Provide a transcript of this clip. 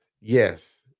Yes